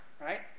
right